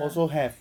also have